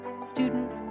student